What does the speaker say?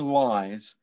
lies